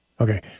Okay